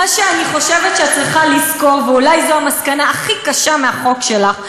מה שאני חושבת שאת צריכה לזכור ואולי זו המסקנה הכי קשה מהחוק שלך,